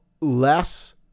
less